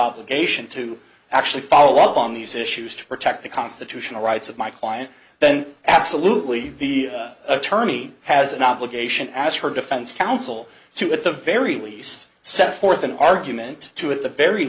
obligation to actually follow up on these issues to protect the constitutional rights of my client then absolutely the attorney has an obligation as her defense counsel to at the very least set forth an argument to at the very